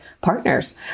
partners